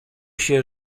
się